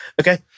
Okay